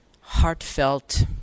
heartfelt